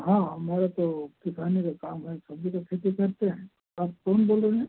हाँ हाँ हमारे तो किसानी का काम है तभी तो खेती करते हैं आप कौन बोल रहे हैं